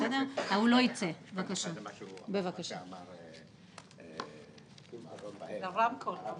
מה שאמר הרב רפאל